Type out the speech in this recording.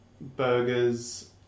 burgers